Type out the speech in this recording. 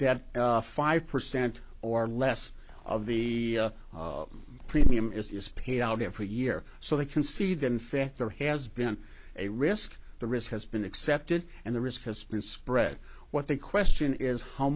that five percent or less of the premium is paid out every year so they can see that in fact there has been a risk the risk has been accepted and the risk has been spread what they question is how